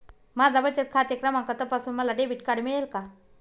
माझा बचत खाते क्रमांक तपासून मला डेबिट कार्ड मिळेल का?